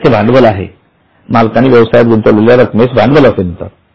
तेथे भांडवल आहे मालकांनी व्यवसायात गुंतवलेल्या रक्कमेस भांडवल असे म्हणतात